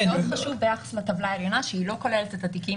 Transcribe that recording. מאוד חשוב ביחס לטבלה עליונה שהיא לא כוללת את התיקים